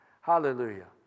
Hallelujah